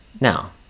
Now